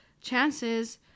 chances